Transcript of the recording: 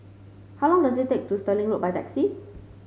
how long does it take to Stirling Road by taxi